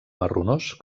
marronós